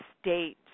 state